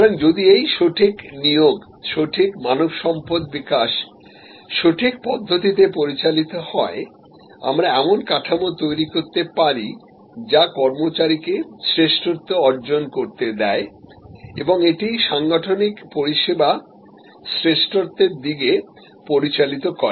সুতরাং যদি এই সঠিক নিয়োগ সঠিক মানবসম্পদ বিকাশ সঠিক পদ্ধতিতে পরিচালিত হয় আমরা এমন কাঠামো তৈরি করতে পারি যা কর্মচারীকে শ্রেষ্ঠত্ব অর্জন করতে দেয় এবং এটি সাংগঠনিক পরিষেবা শ্রেষ্ঠত্বের দিকে পরিচালিত করে